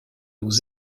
aux